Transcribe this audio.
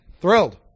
Thrilled